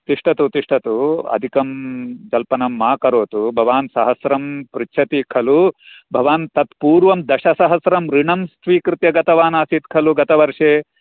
तिष्ठतु तिष्ठतु अधिकं जल्पनं मा करोतु भवान् सहस्रं पृच्छति खलु भवान् तत्पूर्वं दशसहस्रं ऋणं स्वीकृत्य गतवानासीत् खलु गतवर्षे